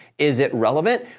is it relevant?